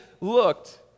looked